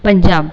Punjab